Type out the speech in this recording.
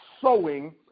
sowing